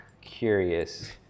curious